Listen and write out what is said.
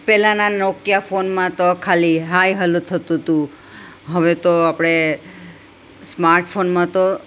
પહેલાંના નોકીયા ફોનમાં તો ખાલી હાય હેલો થતું હતું હવે તો આપણે સ્માર્ટફોનમાં તો